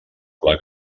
pla